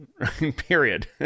period